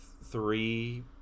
Three